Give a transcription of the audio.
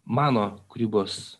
mano kūrybos